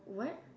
what